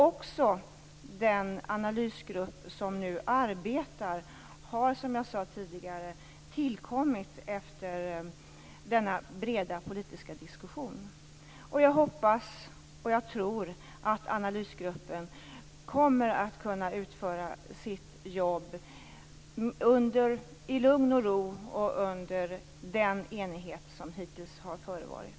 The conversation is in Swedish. Också den analysgrupp som nu arbetar har, som jag sade tidigare, tillkommit efter denna breda politiska diskussion. Jag hoppas och tror att analysgruppen kommer att kunna utföra sitt jobb i lugn och ro och under den enighet som hittills har förevarit.